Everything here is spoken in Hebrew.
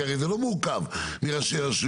כי הרי זה לא מורכב מראשי רשויות.